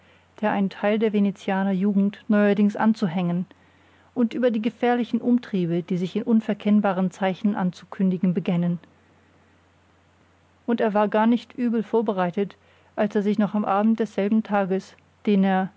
der ein teil der venezianer jugend neuerdings anzuhängen und über die gefährlichen umtriebe die sich in unverkennbaren zeichen anzukündigen begännen und er war gar nicht übel vorbereitet als er sich noch am abend desselben tages den er